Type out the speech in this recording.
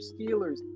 Steelers